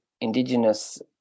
indigenous